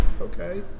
okay